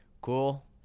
Cool